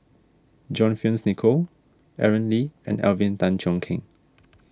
John Fearns Nicoll Aaron Lee and Alvin Tan Cheong Kheng